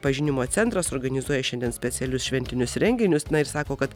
pažinimo centras organizuoja šiandien specialius šventinius renginius na ir sako kad